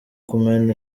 kumena